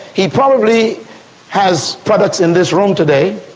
he probably has products in this room today.